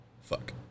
Fuck